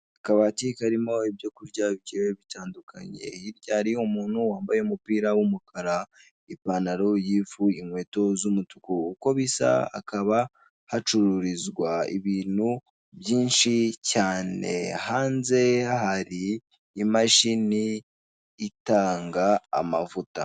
Akabati karimo ibyo kurya bigiye bitandukanye, hirya hari umuntu wambaye umupira w'umukara, ipantaro y'ivu, inkweto z'umutuku, uko bisa akaba hacururizwa ibintu byinshi cyane, hanze hari imashini itanga amavuta.